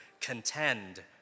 contend